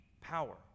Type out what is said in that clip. power